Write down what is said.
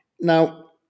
Now